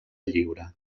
lliure